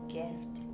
gift